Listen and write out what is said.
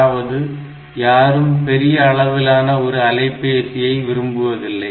அதாவது யாரும் பெரிய அளவிலான ஒரு அலைபேசியை விரும்புவதில்லை